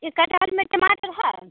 इसका क्या टमाटर है